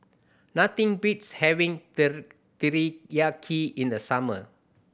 nothing beats having Teriyaki in the summer